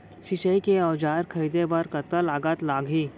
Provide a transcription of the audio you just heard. सिंचाई के औजार खरीदे बर कतका लागत लागही?